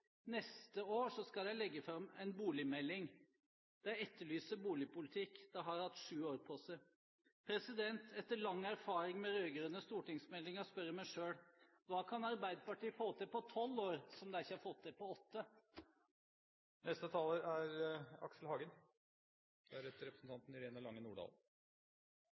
Neste år skal de legge fram en boligmelding. De etterlyser boligpolitikk. De har hatt sju år på seg. Etter lang erfaring med rød-grønne stortingsmeldinger spør jeg meg selv: Hva kan Arbeiderpartiet få til på tolv år som de ikke har fått til på åtte? Mer bolig, ikke så overraskende kanskje: Dette er